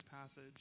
passage